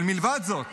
אבל מלבד זאת